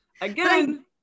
again